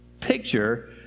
picture